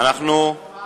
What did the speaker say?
חבר